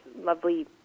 lovely